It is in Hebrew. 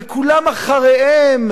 וכולם אחריהם,